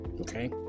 okay